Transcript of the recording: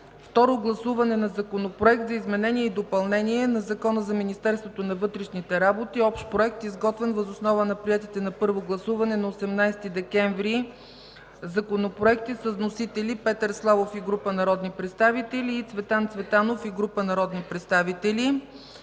Второ гласуване на Законопроект за изменение и допълнение на Закона за Министерството на вътрешните работи – общ проект, изготвен въз основа на приетите на първо гласуване на 18 декември 2014 г. законопроекти. Вносители – Петър Славов и група народни представители и Цветан Цветанов и група народни представители.